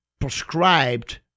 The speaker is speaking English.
prescribed